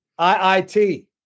IIT